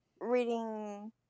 reading